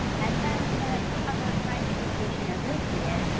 and then i'm gonna cover science communication as we see it,